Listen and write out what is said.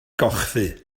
gochddu